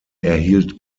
erhielt